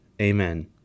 Amen